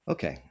Okay